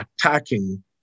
attacking